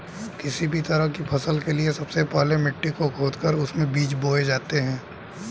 किसी भी तरह की फसल के लिए सबसे पहले मिट्टी को खोदकर उसमें बीज बोए जाते हैं